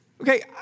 Okay